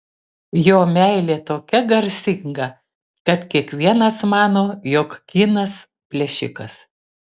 jo meilė tokia garsinga kad kiekvienas mano jog kynas plėšikas